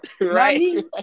Right